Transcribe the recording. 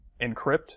encrypt